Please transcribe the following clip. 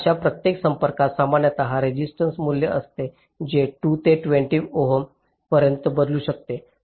आता अशा प्रत्येक संपर्कास सामान्यत रेसिस्टन्स मूल्य असते जे 2 ते 20 ओम पर्यंत बदलू शकते